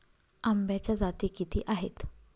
आंब्याच्या जाती किती आहेत?